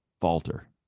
falter